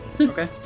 Okay